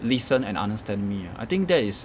listen and understand me ah I think that is